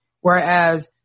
Whereas